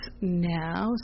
now